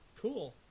Cool